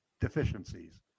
deficiencies